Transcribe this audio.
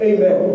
Amen